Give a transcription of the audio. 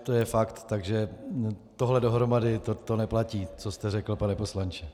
To je fakt, takže tohle dohromady neplatí, co jste řekl, pane poslanče.